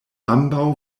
ambaŭ